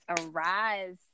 arise